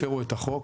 הפרו את החוק,